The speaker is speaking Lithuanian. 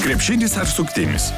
krepšinis ar suktinis